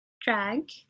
drag